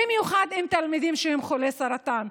במיוחד עם תלמידים שהם חולי סרטן,